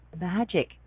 magic